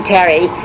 Terry